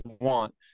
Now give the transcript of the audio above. want